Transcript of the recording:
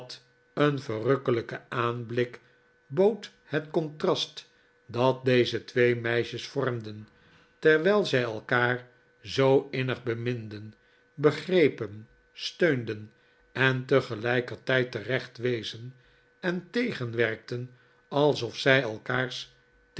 een verrukkelijken aanblik bood het contrast dat deze twee meisjes vormden terwijlzij elkaar zoo in nig beminden begrepen steunden en tegelijk terechtwezen en tegenwerkten alsof zij elkaars